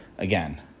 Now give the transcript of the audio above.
Again